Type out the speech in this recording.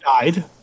died